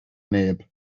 neb